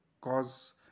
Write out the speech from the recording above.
cause